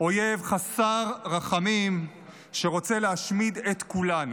אויב חסר רחמים שרוצה להשמיד את כולנו.